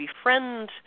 befriend